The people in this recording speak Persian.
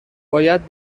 باید